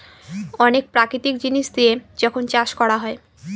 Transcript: অনেক প্রাকৃতিক জিনিস দিয়ে যখন চাষ করা হয়